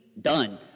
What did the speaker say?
Done